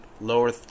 lower